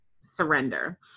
surrender